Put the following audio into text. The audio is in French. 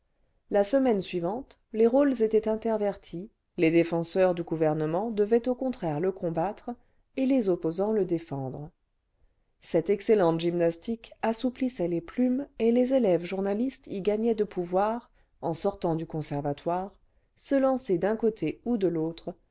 la semaine suivante les rôles étaient intervertis les défenseurs du gouvernement devaient au contraire le combattre et les opposants le défendre cette excellente gymnastique assouplissait les plumes et les élèves journalistes y gagnaient de pouvoir en sortant du conservatoire se lancer d'un côté ou de l'autre